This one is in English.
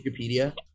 wikipedia